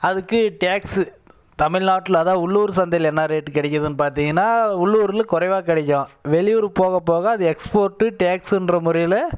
அதுக்கு டேக்ஸு தமிழ்நாட்டில் அதான் உள்ளூர் சந்தையில் என்ன ரேட்டு கிடைக்கிதுனு பார்த்திங்கன்னா உள்ளூரில் குறைவா கிடைக்கும் வெளியூர் போக போக அது எக்ஸ்போர்ட்டு டேக்ஸுன்ற முறையில்